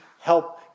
help